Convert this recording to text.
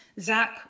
Zach